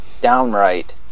downright